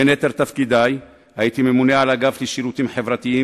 בין יתר תפקידי הייתי ממונה על האגף לשירותים חברתיים,